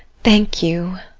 thank you.